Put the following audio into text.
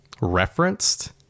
referenced